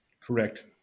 Correct